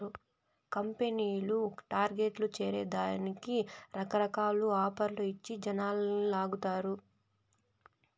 కంపెనీలు టార్గెట్లు చేరే దానికి రకరకాల ఆఫర్లు ఇచ్చి జనాలని లాగతారు